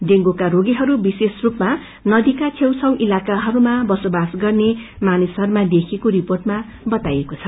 डेंगूका रोबीहरू विशेष रूपमा नदीका छेउछाउ इलाकाहरूमा बसोबास गर्ने मानिसहरूमा देखिएको रिर्पोटमा बताईएको छ